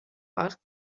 asked